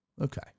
Okay